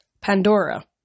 Pandora